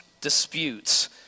disputes